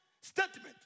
statement